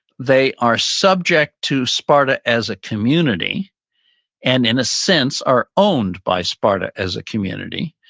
they are subject to sparta as a community and in a sense are owned by sparta as a community,